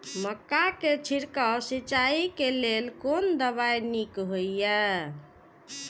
मक्का के छिड़काव सिंचाई के लेल कोन दवाई नीक होय इय?